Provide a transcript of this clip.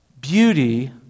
Beauty